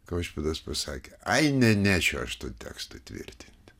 kaušpėdas pasakė ai ne nešiu aš tų tekstų tvirtinti